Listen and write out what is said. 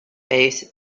base